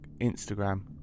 Instagram